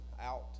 out